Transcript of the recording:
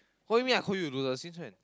what you mean I call you to do the since when